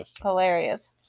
hilarious